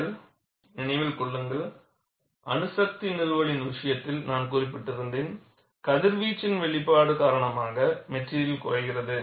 நீங்கள் நினைவில் கொள்ள வேண்டும் அணுசக்தி நிறுவலின் விஷயத்தில் நான் குறிப்பிட்டிருந்தேன் கதிர்வீச்சின் வெளிப்பாடு காரணமாக மெட்டிரியல் குறைகிறது